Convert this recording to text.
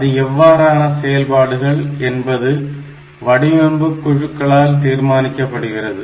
அது எவ்வாறான செயல்பாடுகள் என்பது வடிவமைப்பு குழுக்களால் தீர்மானிக்கப்படுகிறது